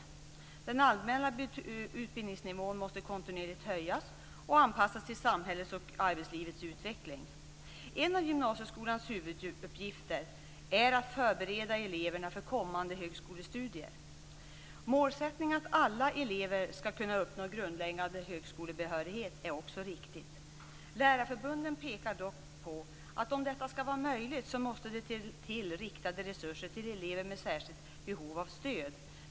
Den allmänna utbildningsnivån måste kontinuerligt höjas och anpassas till samhällets och arbetslivets utveckling. En av gymnasieskolans huvuduppgifter är att förbereda eleverna för kommande högskolestudier. Målsättningen att alla elever skall kunna uppnå grundläggande högskolebehörighet är också riktigt. Lärarförbunden pekar dock på att om detta skall vara möjligt, måste det till riktade resurser till elever med särskilt behov av stöd.